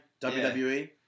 WWE